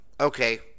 okay